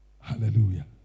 Hallelujah